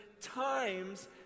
times